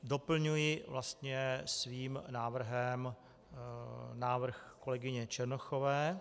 Doplňuji svým návrhem návrh kolegyně Černochové.